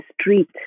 street